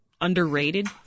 underrated